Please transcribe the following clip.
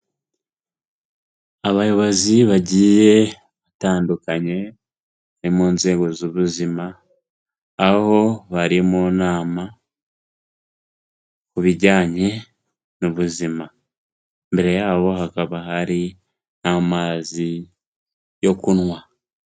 Abayobozi bagiye batandukanye ni mu nzego z'ubuzima, aho bari mu nama, ku bijyanye n'ubuzima, imbere yabo hakaba hari n'amazi yo kunywa.